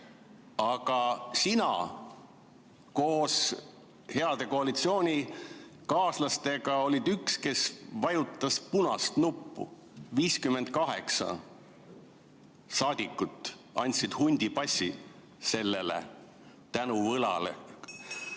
Aga sina koos heade koalitsioonikaaslastega olid üks neist, kes vajutas punast nuppu, 58 saadikut andsid hundipassi sellele tänuvõlale.